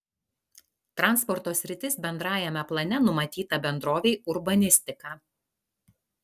transporto sritis bendrajame plane numatyta bendrovei urbanistika